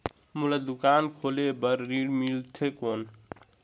मोला दुकान खोले बार ऋण मिलथे कौन?